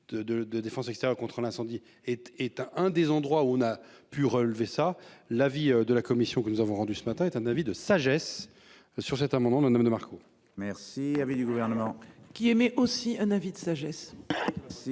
de défense et cetera contre l'incendie est éteint un des endroits où on a pu relever ça l'avis de la commission que nous avons rendu ce matin est un avis de sagesse sur cet amendement Madame de Marco. Merci. Il y avait du gouvernement qui aimait aussi un avis de sagesse.